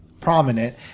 prominent